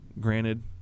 Granted